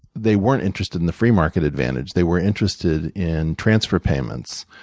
they weren't interested in the free market advantage. they were interested in transfer payments.